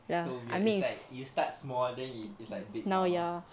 so weird it's like you start small then it's like big now